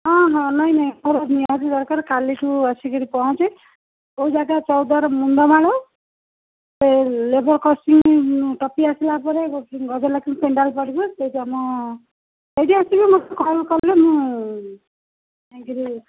ହଁ ହଁ ନାହିଁ ନାହିଁ ମୋର ନିହାତି ଦରକାର କାଲିଠୁ ଆସିକରି ପହଞ୍ଚେ କେଉଁ ଜାଗା ଚୌଦ୍ୱାର ମୁଣ୍ଡମାଳ ସେଇ ଲେବଲ୍ କ୍ରସିଂ ଟପି ଆସିଲା ପରେ ଗଜଲକ୍ଷ୍ମୀ ପେଣ୍ଡାଲ ପଡ଼ିବ ସେଇଠି ଆମ ସେଇଠି ଆସିକି ମୋତେ କଲ୍ କଲେ ମୁଁ ନେଇଯିବି